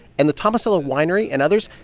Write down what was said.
and the tomasello winery and others,